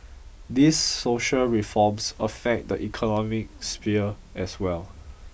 these social reforms affect the economic sphere as well